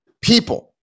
people